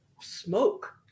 smoke